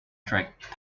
trek